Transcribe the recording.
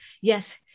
yes